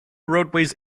roadways